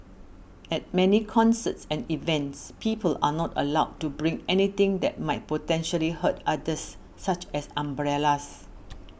at many concerts and events people are not allowed to bring anything that might potentially hurt others such as umbrellas